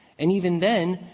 and even then,